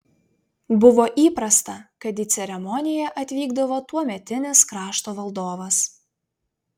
buvo įprasta kad į ceremoniją atvykdavo tuometinis krašto valdovas